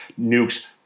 nukes